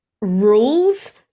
rules